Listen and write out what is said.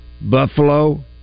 Buffalo